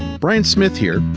bryan smith here,